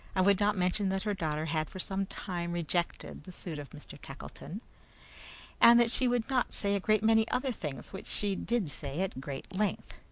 and would not mention that her daughter had for some time rejected the suit of mr. tackleton and that she would not say a great many other things which she did say at great length.